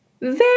Very